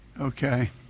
Okay